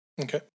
Okay